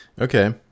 Okay